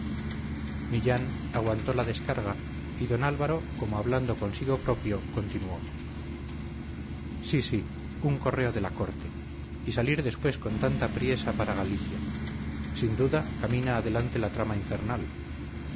millán aguantó la descarga y don álvaro como hablando consigo propio continuó sí sí un correo de la corte y salir después con tanta priesa para galicia sin duda camina adelante la trama infernal